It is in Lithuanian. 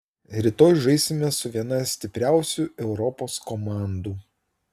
rytoj žaisime su viena stipriausių europos komandų